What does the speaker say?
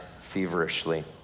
feverishly